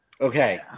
Okay